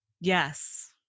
Yes